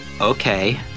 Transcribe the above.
okay